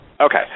Okay